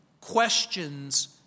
questions